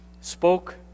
spoke